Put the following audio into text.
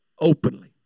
Openly